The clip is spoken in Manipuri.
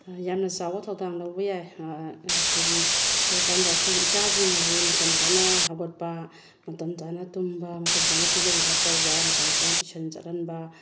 ꯌꯥꯝꯅ ꯆꯥꯎꯕ ꯊꯧꯗꯥꯡ ꯂꯧꯕ ꯌꯥꯏ ꯑꯩꯈꯣꯏꯒꯤ ꯀꯩ ꯀꯥꯟꯗ ꯑꯩꯈꯣꯏꯒꯤ ꯏꯆꯥꯁꯤꯡ ꯑꯁꯤ ꯃꯇꯝ ꯆꯥꯅ ꯍꯧꯒꯠꯄ ꯃꯇꯝ ꯆꯥꯅ ꯇꯨꯝꯕ ꯃꯇꯝ ꯆꯥꯅ ꯄꯤꯖ ꯄꯤꯊꯛ ꯇꯧꯕ ꯃꯇꯝ ꯆꯥꯅ ꯇꯨꯏꯁꯟ ꯆꯠꯍꯟꯕ